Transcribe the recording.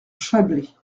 chablais